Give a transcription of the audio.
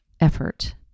effort